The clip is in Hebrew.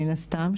מן הסתם,